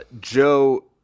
joe